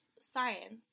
science